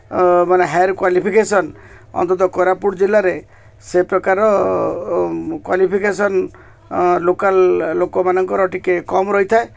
ମାନେ higher qualification ଅନ୍ତତଃ କୋରାପୁଟ ଜିଲ୍ଲାରେ ସେ ପ୍ରକାର କ୍ଵାଲିଫିକେସନ୍ ଲୋକାଲ୍ ଲୋକମାନଙ୍କର ଟିକିଏ କମ୍ ରହିଥାଏ